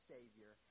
Savior